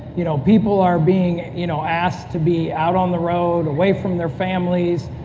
you know people are being you know asked to be out on the road, away from their families.